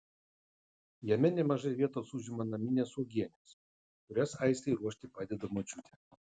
jame nemažai vietos užima naminės uogienės kurias aistei ruošti padeda močiutė